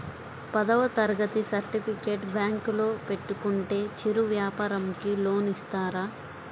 పదవ తరగతి సర్టిఫికేట్ బ్యాంకులో పెట్టుకుంటే చిరు వ్యాపారంకి లోన్ ఇస్తారా?